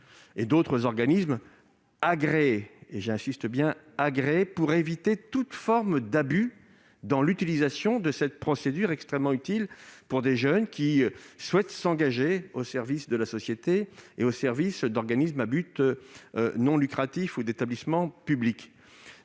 ou d'autres organismes agréés. J'insiste sur cet adjectif, car il permet d'éviter toute forme d'abus dans l'utilisation de cette procédure extrêmement utile pour des jeunes qui souhaitent s'engager, au service de la société, dans des organismes à but non lucratif ou des établissements publics.